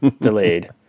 delayed